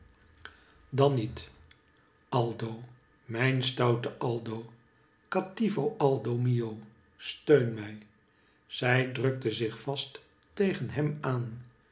dan met aldo mijn stoute aldo cattivo aldo mio steun mij zij drukte zich vast tegen hem aan